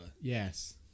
yes